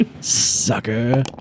Sucker